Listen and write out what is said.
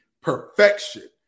perfection